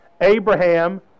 Abraham